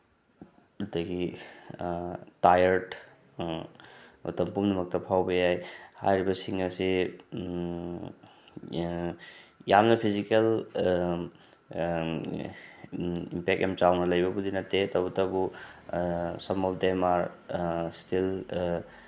ꯑꯗꯒꯤ ꯇꯥꯏꯌꯔꯠ ꯃꯇꯝ ꯄꯨꯝꯅꯃꯛꯇ ꯐꯥꯎꯕ ꯌꯥꯏ ꯍꯥꯏꯔꯤꯕꯁꯤꯡ ꯑꯁꯤ ꯌꯥꯝꯅ ꯐꯤꯖꯤꯀꯦꯜ ꯏꯝꯄꯦꯛ ꯌꯥꯝ ꯆꯥꯎꯅ ꯂꯩꯕꯕꯨꯗꯤ ꯅꯠꯇꯦ ꯇꯧꯕꯇꯕꯨ some of them are steel